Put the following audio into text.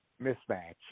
mismatch